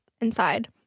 inside